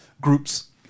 groups